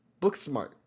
Booksmart